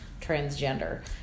transgender